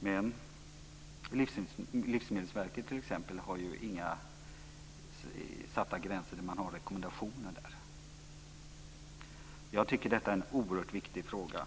Men Livsmedelsverket t.ex. har inga fastställda gränser, utan man har rekommendationer där. Jag tycker att detta är en oerhört viktig fråga.